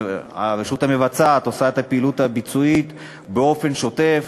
והרשות המבצעת עושה את הפעילות הביצועית באופן שוטף,